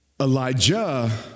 Elijah